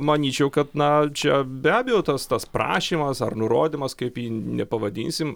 manyčiau kad na čia be abejo tas tas prašymas ar nurodymas kaip jį nepavadinsim